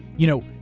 you know,